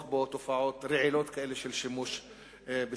בו תופעות רעילות כאלה של שימוש בסמים.